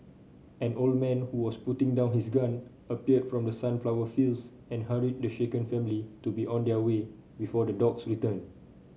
an old man who was putting down his gun appeared from the sunflower fields and hurried the shaken family to be on their way before the dogs return